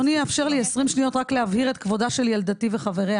אדוני יאפשר לי 20 שניות רק להבהיר את כבודה של ילדתי וחבריה.